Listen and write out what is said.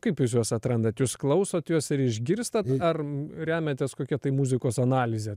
kaip jūs juos atrandat jūs klausot juos ir išgirstat ar remiatės kokia tai muzikos analize